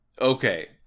Okay